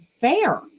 fair